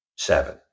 seven